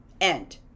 End